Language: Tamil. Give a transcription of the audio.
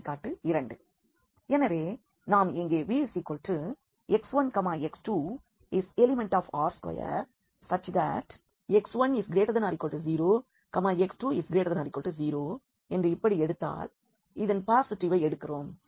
எடுத்துக்காட்டு 2 எனவே நாம் இங்கே Vx1x2R2x1≥0x2≥0என்று இப்படி எடுத்தால் இதன் பாஸிட்டிவை எடுக்கிறோம்